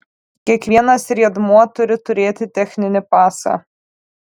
kiekvienas riedmuo turi turėti techninį pasą